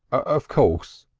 of course,